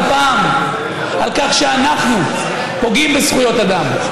פעם על כך שאנחנו פוגעים בזכויות אדם.